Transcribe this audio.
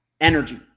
energy